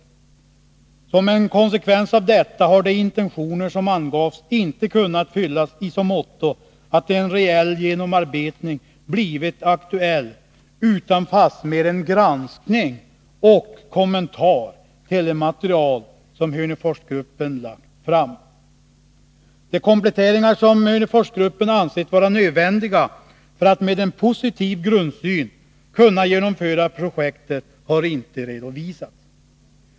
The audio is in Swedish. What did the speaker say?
Som en konsekvens av detta har de intentioner som angavs inte kunnat fyllas i så måtto att en reell genomarbetning blivit aktuell utan fastmer en granskning och kommentar till det material som Hörneforsgruppen lagt fram. De kompletteringar som Hörneforsgruppen ansett vara nödvändiga för att med en positiv grundsyn kunna genomföra projektet har inte redovisats.